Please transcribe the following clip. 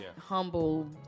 humble